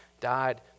died